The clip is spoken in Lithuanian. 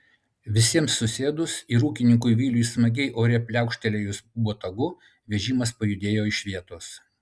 visiems susėdus ir ūkininkui viliui smagiai ore pliaukštelėjus botagu vežimas pajudėjo iš vietos